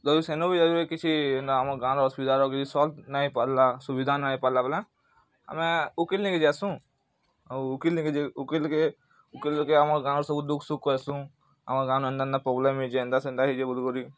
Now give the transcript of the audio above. ଯଦି ସେନୁ ବି କିଛି ଯେନ୍ତା ଆମର୍ ଗାଁର ଅସୁବିଧାର କିଛି ସଲ୍ଭ ନାଇଁ ହେଇ ପାର୍ଲା ସୁବିଧା ନାଇଁ ହେଇ ପାର୍ଲା ବେଲେ ଆମେ ଓକିଲ୍ ନେକେ ଯାଏସୁ ଆଉ ଓକିଲ୍ ନେକି ଓକିଲ୍କେ ଓକିଲ୍କେ ଆମର୍ ଗାଁର ସବୁ ଦୁଃଖ୍ ସୁଖ୍ କହେସୁ ଆମର୍ ଗାଁନ ଏନ୍ତା ଏନ୍ତା ପ୍ରବ୍ଲେମ୍ ହେଇଛେ ଏନ୍ତା ସେନ୍ତା ବଲି କରି